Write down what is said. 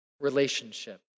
relationship